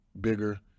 bigger